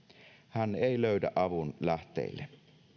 hän ei löydä avun lähteille